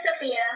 Sophia